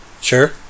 Sure